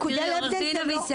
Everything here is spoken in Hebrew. תיראי עו"ד אבישר,